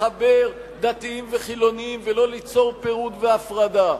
לחבר דתיים וחילונים ולא ליצור פירוד והפרדה.